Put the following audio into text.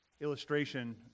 illustration